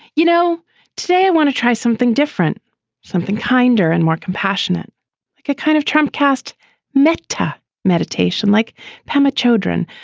you know today i want to try something different something kinder and more compassionate a kind of trump cast metta meditation like pampered children.